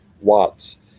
watts